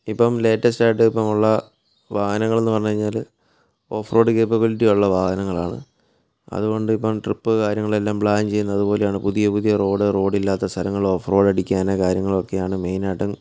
ഇപ്പം ലേറ്റസ്റ്റ് ആയിട്ട് ഇപ്പം ഉള്ള വാഹനങ്ങളെന്ന് പറഞ്ഞു കഴിഞ്ഞാൽ ഓഫ് റോഡ് കേപ്പബിലിറ്റി ഉള്ള വാഹനങ്ങളാണ് അതുകൊണ്ടിപ്പം ട്രിപ്പ് കാര്യങ്ങൾ എല്ലാം പ്ലാൻ ചെയ്യുന്നത് അതുപോലെയാണ് പുതിയ പുതിയ റോഡ് റോഡില്ലാത്ത സ്ഥലങ്ങൾ ഓഫ് റോഡ് അടിക്കാൻ കാര്യങ്ങളൊക്കെയാണ് മെയിനായിട്ടും